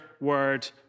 word